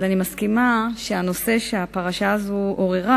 אבל אני מסכימה שהנושא שהפרשה הזאת עוררה